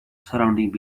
surrounding